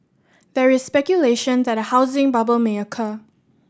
there is speculation that a housing bubble may occur